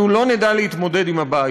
אנחנו לא נדע להתמודד עם הבעיות.